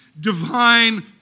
divine